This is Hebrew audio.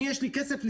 אני יש לי כסף לדובאי?